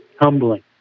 humbling